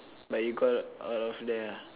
but you got out of there ah